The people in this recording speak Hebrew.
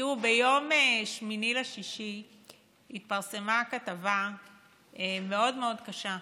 ב-8 ביוני התפרסמה כתבה מאוד מאוד קשה,